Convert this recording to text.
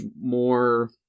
more